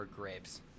Grapes